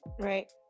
Right